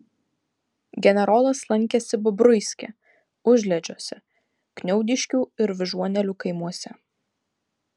generolas lankėsi bobruiske užliedžiuose kniaudiškių ir vyžuonėlių kaimuose